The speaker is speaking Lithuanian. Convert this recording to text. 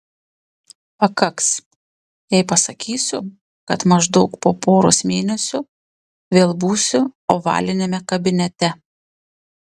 pakaks jei pasakysiu kad maždaug po poros mėnesių vėl būsiu ovaliniame kabinete